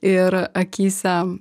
ir akyse